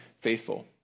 faithful